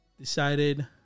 decided